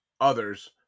others